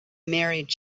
married